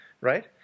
right